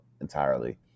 entirely